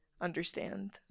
understand